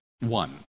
one